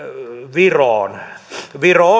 viroon viro